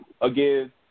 Again